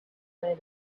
plan